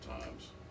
times